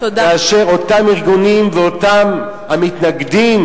כאשר אותם ארגונים ואותם המתנגדים,